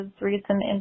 recent